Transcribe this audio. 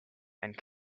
and